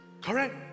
correct